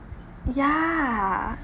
ya